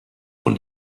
von